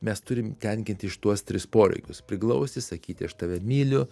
mes turim tenkinti šituos tris poreikius priglausti sakyti aš tave myliu